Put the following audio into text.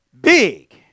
big